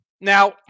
Now